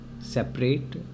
separate